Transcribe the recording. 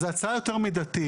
זו הצעה יותר מידתית,